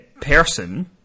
person